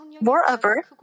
Moreover